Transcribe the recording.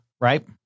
right